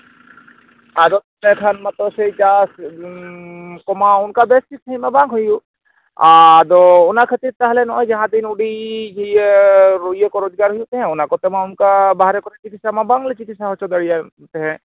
ᱟᱫᱚ ᱮᱸᱰᱮᱠᱷᱟᱱ ᱢᱟᱛᱚ ᱥᱮᱭ ᱪᱟᱥ ᱠᱚᱢᱟ ᱚᱱᱠᱟ ᱵᱮᱥ ᱴᱷᱤᱠ ᱥᱟᱺᱦᱤᱡ ᱢᱟ ᱵᱟᱝ ᱦᱩᱭᱩᱜ ᱟᱫᱚ ᱚᱱᱟ ᱠᱷᱟᱹᱛᱤᱨ ᱛᱮ ᱛᱟᱦᱞᱮ ᱱᱚᱜᱼᱚᱭ ᱡᱟᱦᱟᱸ ᱛᱤᱱ ᱩᱰᱤᱡ ᱥᱮ ᱤᱭᱟᱹ ᱠᱚ ᱨᱳᱡᱽᱜᱟᱨ ᱦᱩᱭᱩᱫ ᱛᱟᱦᱮᱸᱫ ᱚᱱᱟ ᱠᱚᱛᱮ ᱢᱟ ᱚᱱᱠᱟ ᱵᱟᱦᱨᱮ ᱠᱚᱨᱮ ᱪᱤᱠᱤᱛᱥᱟ ᱢᱟ ᱵᱟᱝᱞᱮ ᱪᱤᱠᱤᱛᱥᱟ ᱫᱟᱲᱮᱭᱟᱜ ᱛᱟᱦᱮᱸᱫ